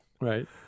right